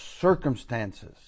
circumstances